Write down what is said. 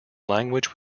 language